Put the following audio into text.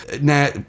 now